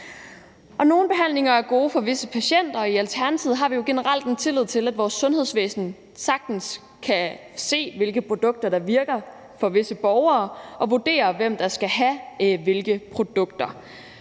Nogle behandlinger er gode for visse patienter, og i Alternativet har vi generelt en tillid til, at vores sundhedsvæsen sagtens kan se, hvilke produkter der virker på visse borgere, og at de kan vurdere, hvem der skal have hvilke produkter.